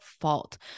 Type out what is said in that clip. fault